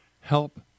help